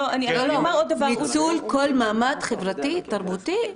ניצול כל מעמד חברתי-תרבותי.